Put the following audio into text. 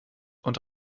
und